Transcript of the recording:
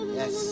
yes